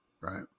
right